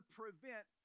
prevent